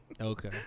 Okay